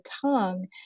tongue